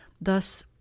thus